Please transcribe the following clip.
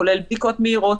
כולל בדיקות מהירות,